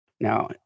Now